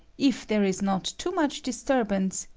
if there is not too much disturbance,